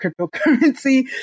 cryptocurrency